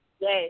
Yes